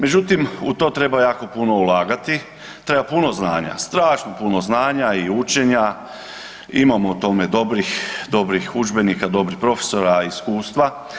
Međutim, u to treba jako puno ulagati, treba puno znanja, strašno puno znanja i učenja, imamo o tome dobrih, dobrih udžbenika, dobrih profesora i iskustva.